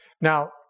Now